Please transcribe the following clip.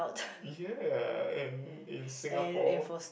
ya and in Singapore